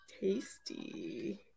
Tasty